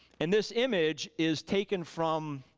and this image is taken from,